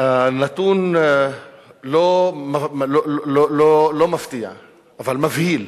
הנתון לא מפתיע אבל מבהיל: